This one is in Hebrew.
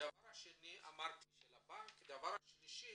דבר שני דיברתי על הבנק, ודבר שלישי